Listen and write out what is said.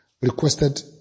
requested